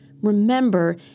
Remember